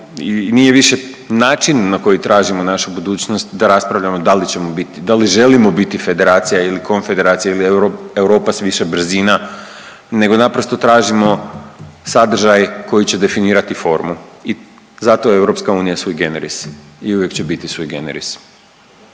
nije više način na koji tražimo našu budućnost da raspravljamo da li ćemo bit, da li želimo biti federacija ili konfederacija ili euro, Europa s više brzina nego naprosto tražimo sadržaj koji će definirati formu i zato je EU svoj generis i uvijek će biti svoj generis.